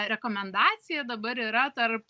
rekomendacija dabar yra tarp